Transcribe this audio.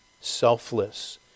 selfless